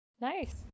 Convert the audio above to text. Nice